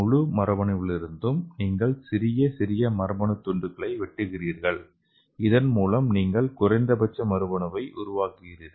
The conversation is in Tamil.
முழு மரபணுவிலிருந்தும் நீங்கள் சிறிய சிறிய மரபணு துண்டுகளை வெட்டுகிறீர்கள் இதன் மூலம் நீங்கள் குறைந்தபட்ச மரபணுவை உருவாக்குகிறீர்கள்